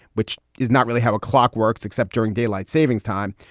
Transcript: which is not really have a clockworks except during daylight savings time.